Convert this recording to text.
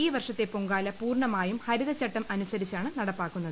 ഈ വർഷത്തെ പൊങ്കാല പൂർണമായും ഹരിത ചട്ടം അനുസരിച്ചാണ് നടപ്പാക്കുന്നത്